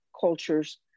cultures